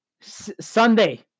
Sunday